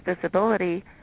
visibility